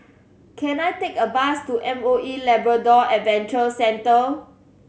can I take a bus to M O E Labrador Adventure Centre